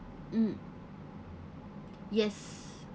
mm yes